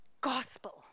gospel